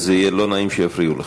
וזה יהיה לא נעים שיפריעו לך.